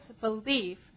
belief